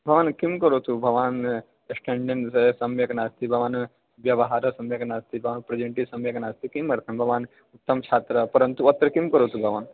भवान् किं करोतु भवान् एक्स्टेण्डेन् सम्यक् नास्ति भवतः व्यवहारः सम्यक् नास्ति भवतः प्रेसेण्टिङ्ग् सम्यक् नास्ति किमर्थं भवान् उत्तमः छात्रः परन्तु अत्र किं करोति भवान्